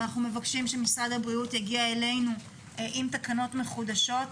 אנחנו מבקשים שמשרד הבריאות יגיע אלינו עם תקנות מחודשות,